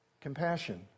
compassion